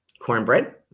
cornbread